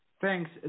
Thanks